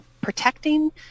protecting